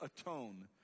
atone